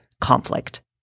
conflict